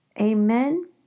Amen